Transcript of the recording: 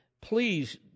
please